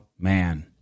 Man